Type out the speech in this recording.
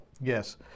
Yes